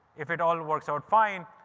if it all works out fine,